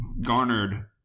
garnered